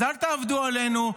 אז אל תעבדו עלינו.